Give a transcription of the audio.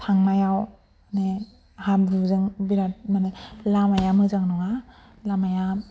थांनायाव माने हाब्रुजों बिराद माने लामाया मोजां नङा लामाया